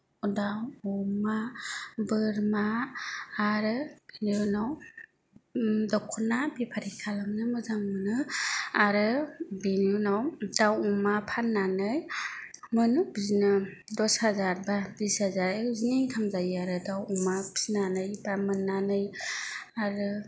दाउ अमा बोरमा आरो बेनि उनाव दख'ना बेफारि खालामनो मोजां मोनो आरो बेनि उनाव दाउ अमा फाननानै मोनो बिदिनो दस हाजार एबा बिस हाजार बिदिनो इनकाम जायो आरो दाउ अमा फिसिनानै एबा मोननानै आरो